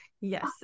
Yes